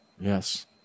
Yes